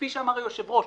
כפי שאמר היושב-ראש,